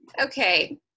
okay